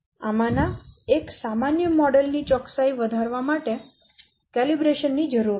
આમાંના એક સામાન્ય મોડેલ ની ચોકસાઈ વધારવા માટે કેલિબ્રેશન ની જરૂર છે